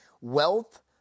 wealth